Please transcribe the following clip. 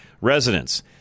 residents